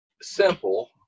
simple